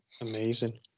Amazing